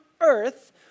earth